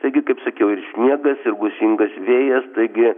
taigi kaip sakiau ir sniegas ir gūsingas vėjas taigi